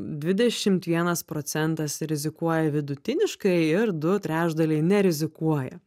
dvidešimt vienas procentas rizikuoja vidutiniškai ir du trečdaliai nerizikuoja